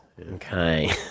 Okay